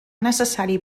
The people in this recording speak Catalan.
necessari